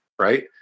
right